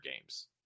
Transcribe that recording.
games